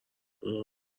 اون